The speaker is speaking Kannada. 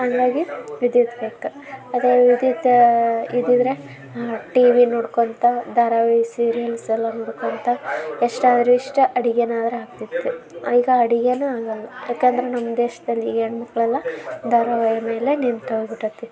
ಹಂಗಾಗಿ ವಿದ್ಯುತ್ ಬೇಕು ಅದೇ ವಿದ್ಯುತ್ ಇದ್ದಿದ್ದರೆ ಟಿವಿ ನೋಡ್ಕೊತ ಧಾರಾವಾಹಿ ಸೀರಿಯಲ್ಸ್ ಎಲ್ಲ ನೋಡ್ಕೊತ ಎಷ್ಟು ಆದ್ರೆ ಇಷ್ಟು ಅಡಿಗೆನಾರೂ ಆಗ್ತಿತ್ತು ಈಗ ಅಡಿಗೆನೇ ಆಗೋಲ್ಲ ಯಾಕಂದ್ರೆ ನಮ್ಮ ದೇಶದಲ್ಲಿ ಹೆಣ್ ಮಕ್ಕಳೆಲ್ಲ ಧಾರಾವಾಹಿ ಮೇಲೆ ನಿಂತೋಗಿ ಬಿಟ್ಟತಿ